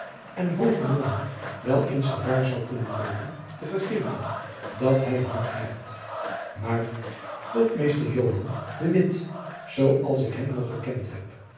en hooge belangen wel eens gevaar zoû kunnen loopen te vergeten dat hy een hart heeft maar tot mr joan de witt zoo als ik hem nog gekend heb